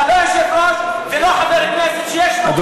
אתה לא יושב-ראש ולא חבר כנסת שיש לו מוסר,